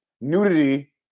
nudity